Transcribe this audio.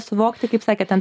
suvokti kaip sakėt ten